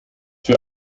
für